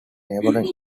neighboring